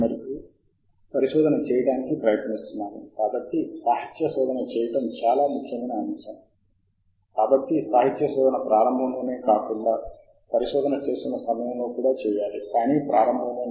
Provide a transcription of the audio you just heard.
మరియు మనము సాహిత్య శోధన చేస్తున్న సమయంలో లాగిన్ అవ్వాలి అంటే మనము సాహిత్య శోధన ప్రారంభించడానికి ముందు వినియోగదారు పేరు మరియు పాస్వర్డ్ను కలిగి ఉండాలి